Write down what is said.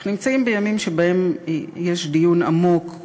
אנחנו נמצאים בימים שבהם יש דיון עמוק,